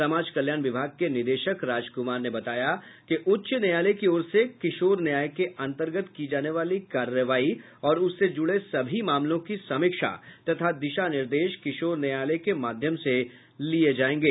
समाज कल्याण विभाग के निदेशक राजक्मार ने बताया कि उच्च न्यायालय की ओर से किशोर न्याय के अंतर्गत की जाने वाली कार्रवाई और उससे जूड़े सभी मामलों की समीक्षा तथा दिशा निर्देश किशोर न्यायालय के माध्यम से लिये जायेंगे